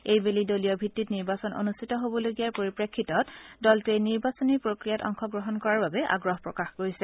এইবেলি দলীয় ভিত্তিত নিৰ্বাচন অনুষ্ঠিত হ'বলগীয়াৰ পৰিপ্ৰেক্ষিতত দলটোৱে নিৰ্বাচনী প্ৰক্ৰিয়াত অংশগ্ৰহণ কৰাৰ বাবে আগ্ৰহ প্ৰকাশ কৰিছে